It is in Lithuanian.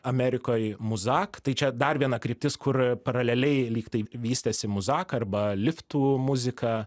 amerikoj muzak tai čia dar viena kryptis kur paraleliai lyg taip vystėsi muzak arba liftu muzika